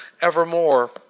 evermore